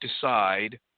decide